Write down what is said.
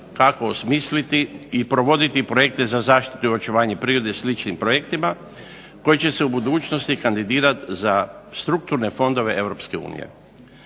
kako osmisliti i provoditi projekte za zaštitu i očuvanje prirode sličnim projektima, koji će se u budućnosti kandidirati za strukturne fondove